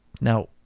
Now